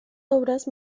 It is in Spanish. obras